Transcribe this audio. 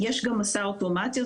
יש גם מסע אוטומציה.